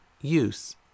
use